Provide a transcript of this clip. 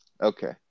Okay